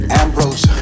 ambrose